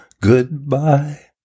goodbye